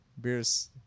beers